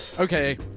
Okay